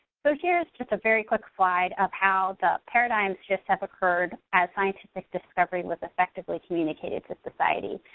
so here's just a very quick slide of how the paradigm shifts have occurred as scientific discovery was effectively communicated to society.